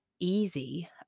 easy